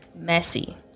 messy